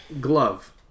Glove